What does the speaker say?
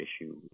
issue